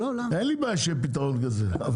אין לי בעיה שיהיה פתרון כזה.